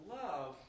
love